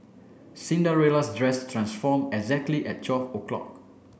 Cinderella's dress transformed exactly at twelve o'clock